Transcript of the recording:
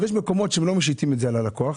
יש מקומות שלא משיתים את זה על הלקוח,